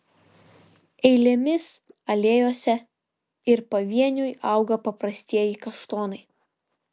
eilėmis alėjose ir pavieniui auga paprastieji kaštonai